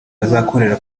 azakorera